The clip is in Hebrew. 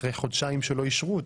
אחרי חודשיים שלא אישרו אותה.